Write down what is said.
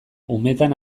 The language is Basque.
umetan